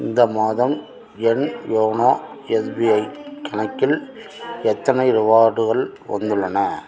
இந்த மாதம் என் யோனோ எஸ்பிஐ கணக்கில் எத்தனை ரிவார்டுகள் வந்துள்ளன